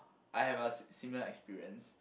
I have a si~ similar experience